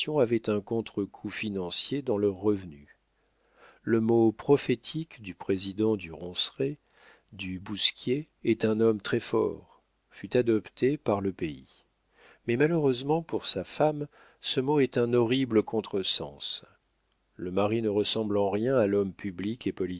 avait un contre-coup financier dans leurs revenus le mot prophétique du président du ronceret du bousquier est un homme très-fort fut adopté par le pays mais malheureusement pour sa femme ce mot est un horrible contre-sens le mari ne ressemble en rien à l'homme public et